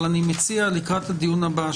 אבל אני מציע לקראת הדיון הבא,